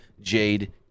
Jade